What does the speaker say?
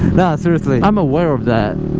nah seriously i'm aware of that